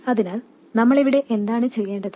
അതിനാൽ നമ്മൾ ഇവിടെ എന്താണ് ചെയ്യേണ്ടത്